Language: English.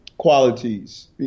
qualities